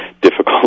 difficult